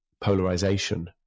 polarization